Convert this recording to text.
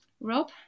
Rob